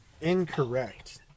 incorrect